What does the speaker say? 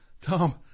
Tom